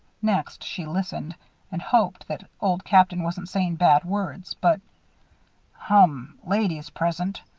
next, she listened and hoped that old captain wasn't saying bad words, but hum! ladies present,